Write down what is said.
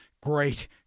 Great